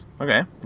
Okay